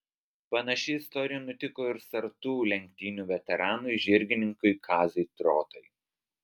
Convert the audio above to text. panaši istorija nutiko ir sartų lenktynių veteranui žirgininkui kaziui trotai